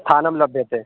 स्थानं लभ्यते